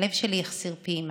הלב שלי החסיר פעימה.